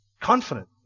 Confident